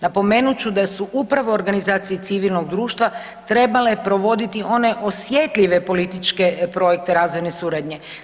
Napomenut ću da su upravo organizacije civilnog društva trebale provoditi one osjetljive političke projekte razvojne suradnje.